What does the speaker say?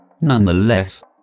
Nonetheless